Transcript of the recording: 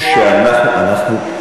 יש עוד זמן לתקן.